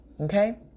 Okay